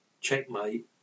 Checkmate